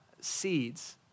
seeds